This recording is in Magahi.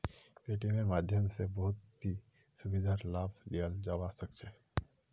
पेटीएमेर माध्यम स बहुत स सुविधार लाभ लियाल जाबा सख छ